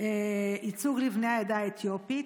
ייצוג לבני העדה האתיופית.